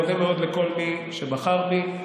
מודה מאוד לכל מי שבחר בי.